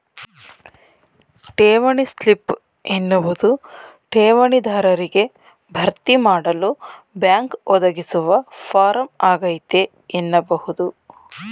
ಠೇವಣಿ ಸ್ಲಿಪ್ ಎನ್ನುವುದು ಠೇವಣಿ ದಾರರಿಗೆ ಭರ್ತಿಮಾಡಲು ಬ್ಯಾಂಕ್ ಒದಗಿಸುವ ಫಾರಂ ಆಗೈತೆ ಎನ್ನಬಹುದು